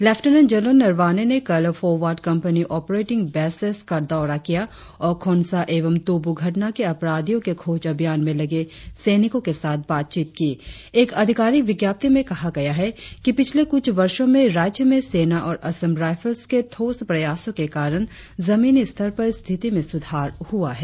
lieutenant general Naravane ने कल forward company operating bases का दौरा किया और खोंसा एवं तोब्र घटना के अपराधियों के खोज अभियान में लगे सैनिकों के साथ बातचीत की एक अधिकारिक विज्ञप्ति में कहा गया है कि पिछले कुछ वर्षों में राज्य में सेना और असम राईफल्स के ठोस प्रयासों के कारण जमीनी स्तर पर स्थिति में सुधार हुआ है